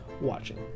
watching